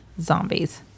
zombies